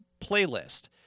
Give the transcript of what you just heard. playlist